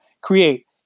create